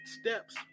steps